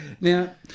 Now